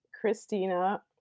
Christina